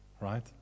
right